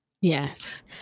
Yes